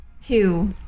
Two